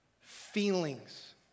feelings